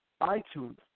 iTunes